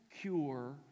cure